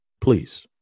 Please